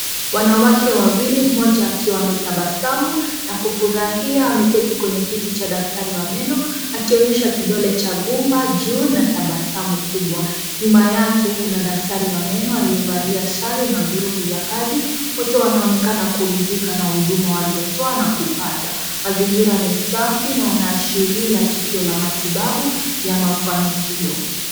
Wanawake wawili mmoja akiwa anatabasamu na kufurahia ameketi kwenye kiti cha mgonjwa wa meno akionyesha kidole cha gumba juu na tabasamu kubwa, nyuma yake kuna daktari wa meno aliyevalia sare na glafu za kazi, wote wanaonekana kurithika na huduma waliyotoa na kupata ,mazingira ni safi na yanaashiria tukio la matibabu ya mafanikio.